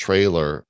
Trailer